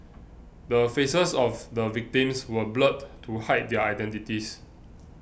the faces of the victims were blurred to hide their identities